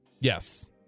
Yes